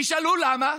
תשאלו למה,